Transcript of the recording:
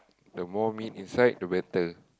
the more meat inside the better